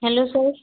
hello sir